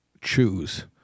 choose